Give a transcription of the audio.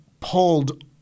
pulled